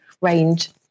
range